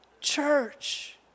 church